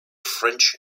french